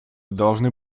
должны